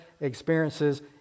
experiences